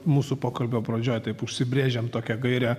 mūsų pokalbio pradžioje taip užsibrėžėme tokią gaires